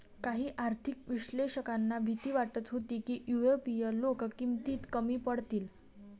काही आर्थिक विश्लेषकांना भीती वाटत होती की युरोपीय लोक किमतीत कमी पडतील